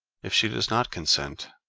if she does not consent,